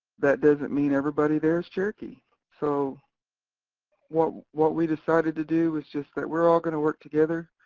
that doesn't mean everybody there is cherokee so what what we decided to do is just that we're all gonna work together,